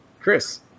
Chris